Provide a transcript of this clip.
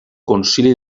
concili